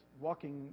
walking